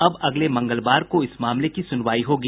अब अगले मंगलवार को इस मामले की सुनवाई होगी